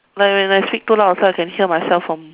when when I speak too loud also I can hear myself from